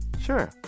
Sure